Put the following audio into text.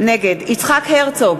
נגד יצחק הרצוג,